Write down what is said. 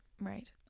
right